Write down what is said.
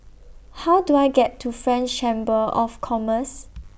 How Do I get to French Chamber of Commerce